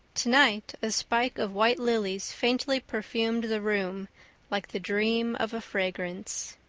tonight a spike of white lilies faintly perfumed the room like the dream of a fragrance.